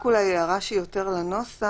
רק הערה שהיא יותר לנוסח.